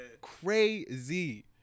Crazy